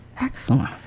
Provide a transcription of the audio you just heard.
Excellent